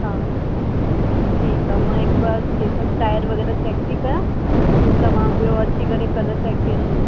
हा ठीकु आहे मां हिकु बार इहे सभु टाएर वग़ैरह चैक थी कया पोइ तव्हां ॿियों अची करे कल्ह चैक कजो